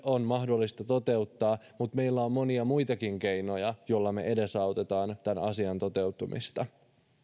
tämä on mahdollista toteuttaa mutta meillä on monia muitakin keinoja joilla me edesautamme tämän asian toteutumista